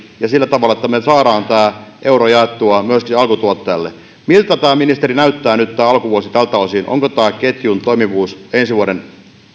sillä tavalla että me saamme tämän euron jaettua myöskin sille alkutuottajalle miltä alkuvuosi ministeri näyttää nyt tältä osin onko tämä ketjun toimivuus ensi vuoden